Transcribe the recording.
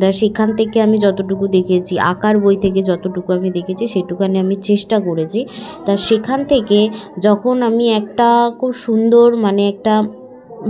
দ সেখান থেকে আমি যতটুকু দেখেছি আঁকার বই থেকে যতটুকু আমি দেখেছি সেটুকানি আমি চেষ্টা করেছি তা সেখান থেকে যখন আমি একটা খুব সুন্দর মানে একটা